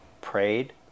prayed